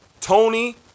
Tony